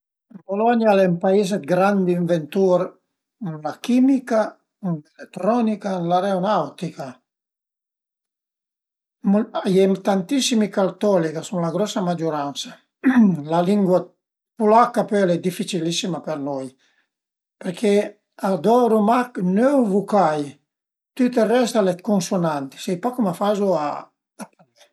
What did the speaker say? Cuandi i eru giuvu partecipavu a d'gare d'le boce mi e me sociu, eru bastansa ën gamba, fazìu ën po ël puntadur, ma specialment giugavu cume buciadur opüra si i eru ën tre giugavu cume spala